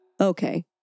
Okay